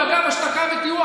ואגב השתקה וטיוח,